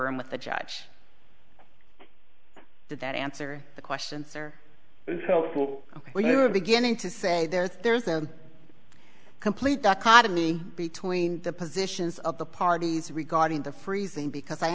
room with the judge did that answer the questions or is helpful when you are beginning to say there is there is a complete dukkha to me between the positions of the parties regarding the freezing because i